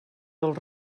del